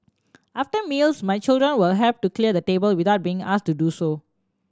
after meals my children will help to clear the table without being asked to do so